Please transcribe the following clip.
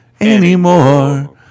anymore